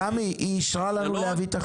סמי, היא אישרה לנו להביא את החוק.